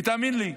ותאמין לי,